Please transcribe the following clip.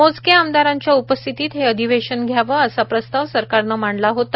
मोजक्या आमदारांच्या उपस्थितीत हे अधिवेशन घ्यावं असा प्रस्ताव सरकारनं मांडला होता